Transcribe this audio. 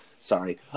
Sorry